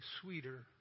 sweeter